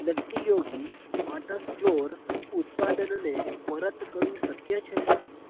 નટી Yogi oats flour ઉત્પાદનને પરત કરવું શક્ય છે